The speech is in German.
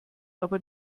aber